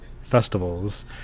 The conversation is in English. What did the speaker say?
Festivals